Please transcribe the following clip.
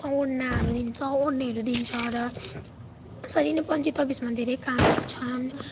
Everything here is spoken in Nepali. ओड्नाहरू दिन्छ ओड्नेहरू दिन्छ र यसरी नै पञ्चायत अफिसमा धेरै कामहरू छन्